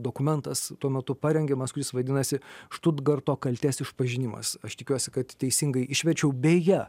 dokumentas tuo metu parengiamas kuris vadinasi štutgarto kaltės išpažinimas aš tikiuosi kad teisingai išverčiau beje